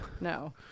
No